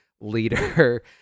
leader